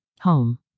Home